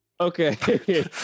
Okay